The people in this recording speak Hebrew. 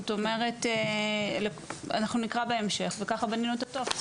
זאת אומרת אנחנו נקרא בהמשך וככה בנינו את הטופס.